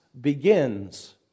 begins